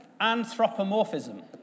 Anthropomorphism